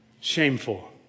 Shameful